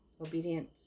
Obedience